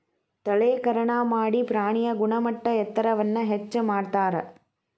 ತಳೇಕರಣಾ ಮಾಡಿ ಪ್ರಾಣಿಯ ಗುಣಮಟ್ಟ ಎತ್ತರವನ್ನ ಹೆಚ್ಚ ಮಾಡತಾರ